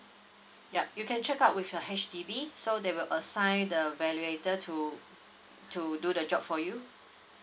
yup you can check out with your H_D_B so they will assign the valuator to to do the job for you